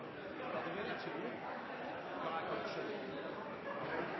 vidt jeg kan se